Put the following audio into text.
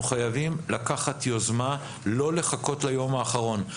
אנחנו חייבים לקחת יוזמה ולא לחכות ליום האחרון.